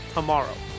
tomorrow